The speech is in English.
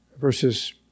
Verses